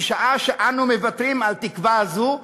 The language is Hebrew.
משעה שאנו מוותרים על תקווה זו,